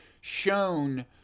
shown